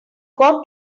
got